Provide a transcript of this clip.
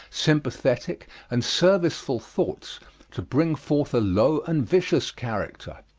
sympathetic, and serviceful thoughts to bring forth a low and vicious character.